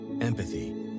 empathy